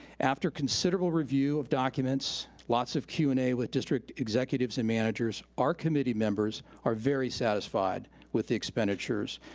after considerable review of documents, lots of q and a with district executives and managers, our committee members members are very satisfied with the expenditures,